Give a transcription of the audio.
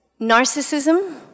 Narcissism